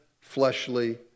fleshly